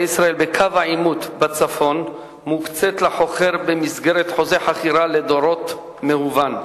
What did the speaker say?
ישראל בקו העימות בצפון מוקצית לחוכר במסגרת חוזה חכירה לדורות מהוון,